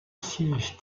siège